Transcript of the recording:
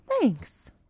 Thanks